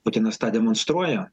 putinas tą demonstruoja